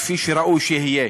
כפי שראוי שיהיה".